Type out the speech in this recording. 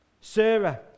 sarah